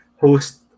host